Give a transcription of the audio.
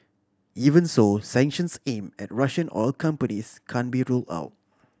even so sanctions aimed at Russian oil companies can't be ruled out